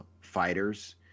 fighters